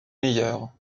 meilleure